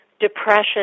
depression